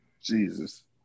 Jesus